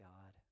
God